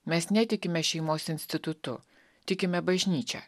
mes netikime šeimos institutu tikime bažnyčią